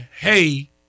hey